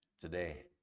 Today